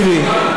מירי,